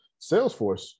Salesforce